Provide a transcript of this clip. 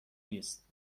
نیست